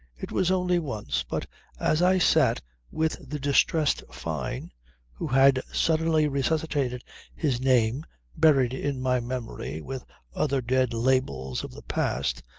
it was only once, but as i sat with the distressed fyne who had suddenly resuscitated his name buried in my memory with other dead labels of the past,